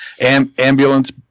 Ambulance